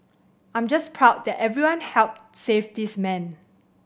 I'm just proud that everyone helped save this man